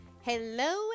Hello